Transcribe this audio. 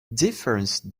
difference